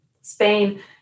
Spain